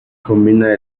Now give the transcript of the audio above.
combina